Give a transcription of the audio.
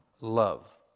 love